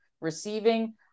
receiving